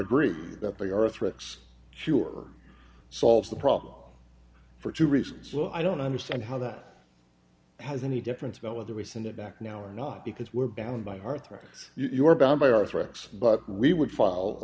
agree that they are threats sure solves the problem for two reasons so i don't understand how that has any difference about whether we send it back now or not because we're bound by heart you are bound by our threats but we would